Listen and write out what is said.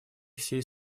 всей